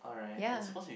ya